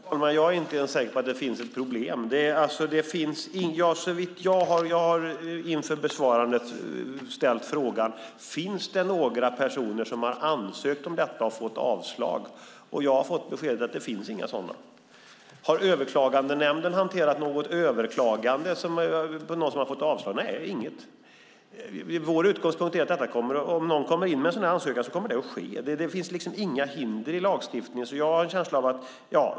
Fru talman! Jag är inte ens säker på att det finns ett problem. Inför besvarandet har jag ställt frågan: Finns det några personer som har ansökt om detta och fått avslag? Jag har fått beskedet att det inte finns några sådana. Har Överklagandenämnden hanterat något överklagande från någon som har fått avslag? Nej, inget. Vår utgångspunkt är att om någon kommer in med en sådan ansökan kommer det att ske. Det finns inga hinder i lagstiftningen.